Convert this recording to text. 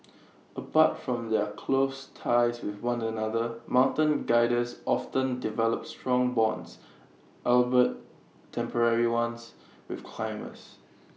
apart from their close ties with one another mountain Guides often develop strong bonds albeit temporary ones with climbers